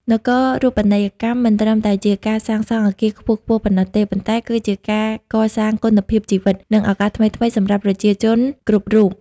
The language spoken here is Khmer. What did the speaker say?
នគរូបនីយកម្មមិនត្រឹមតែជាការសាងសង់អគារខ្ពស់ៗប៉ុណ្ណោះទេ ប៉ុន្តែគឺជាការកសាងគុណភាពជីវិត និងឱកាសថ្មីៗសម្រាប់ប្រជាជនគ្រប់រូប។